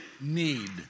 need